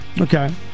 Okay